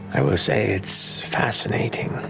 i will say, it's fascinating